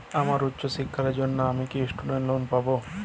আমার উচ্চ শিক্ষার জন্য আমি কি স্টুডেন্ট লোন পাবো